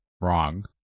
wrong